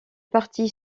parti